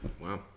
wow